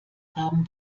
haben